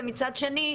ומצד שני,